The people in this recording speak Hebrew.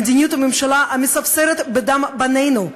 "מדיניות הממשלה המספסרת בדם בנינו".